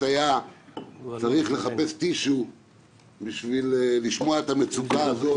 צריך לחפש טישו בשביל לשמוע את המצוקה הזו,